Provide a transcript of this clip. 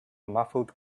muffled